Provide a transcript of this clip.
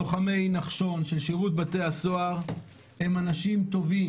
לוחמי נחשון של שירות בתי הסוהר הם אנשים טובים.